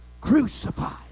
crucified